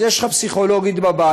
אז יש לך פסיכולוגית בבית,